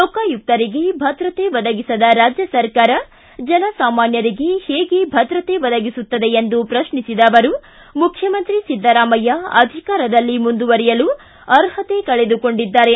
ಲೋಕಾಯುಕ್ತರಿಗೆ ಭದ್ರತೆ ಒದಗಿಸದ ರಾಜ್ಯ ಸರ್ಕಾರ ಜನಸಾಮಾನ್ಯರಿಗೆ ಹೇಗೆ ಭದ್ರತೆ ಒದಗಿಸುತ್ತದೆ ಎಂದು ಪ್ರಷ್ನಿಸಿದ ಅವರು ಮುಖ್ತಮಂತ್ರಿ ಸಿದ್ದರಾಮಯ್ಯ ಅಧಿಕಾರದಲ್ಲಿ ಮುಂದುವರಿಯಲು ಅರ್ಷತೆ ಕಳೆದುಕೊಂಡಿದ್ದಾರೆ